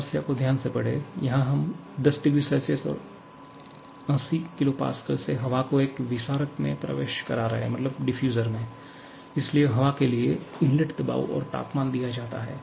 समस्या को ध्यान से पढ़ें यहाँ हम 10 0C और 80 kPa से हवा को एक विसारक में प्रवेश करा रहे हैं इसलिए हवा के लिए इनलेट दबाव और तापमान दिया जाता है